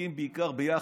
עוסקים בעיקר ביח"צ.